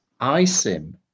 iSIM